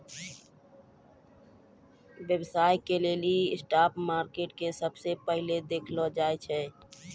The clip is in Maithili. व्यवसाय के लेली स्टाक मार्केट के सबसे पहिलै देखलो जाय छै